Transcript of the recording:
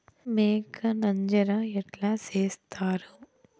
మేక నంజర ఎట్లా సేస్తారు?